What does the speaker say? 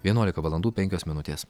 vienuolika valandų penkios minutės